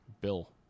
Bill